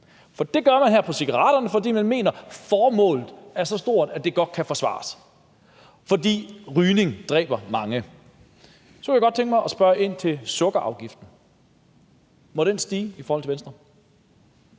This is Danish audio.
her i forhold til cigaretterne, fordi man mener, at formålet er så stort, at det godt kan forsvares – fordi rygning dræber mange. Så kunne jeg godt tænke mig at spørge ind til sukkerafgiften. Må den stige for Venstre?